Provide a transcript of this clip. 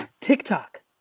TikTok